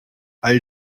all